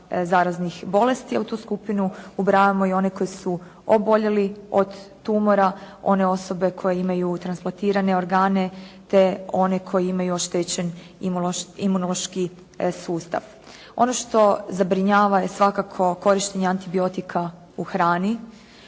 zaraznih bolesti, a u tu skupinu ubrajamo i one koji su oboljeli od tumora, one osobe koje imaju transplantirane organe te one koji imaju oštećen imunološki sustav. Ono što zabrinjava je svakako korištenje antibiotika u hrani